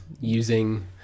using